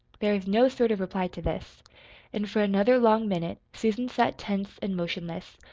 there was no sort of reply to this and for another long minute susan sat tense and motionless,